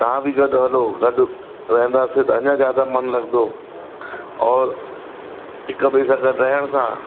तव्हां बि गॾु हलो गॾु रहंदासीं त अञा ज़्यादा मनु लॻंदो औरि हिक ॿिए सां गॾु रहण सां